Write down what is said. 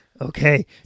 Okay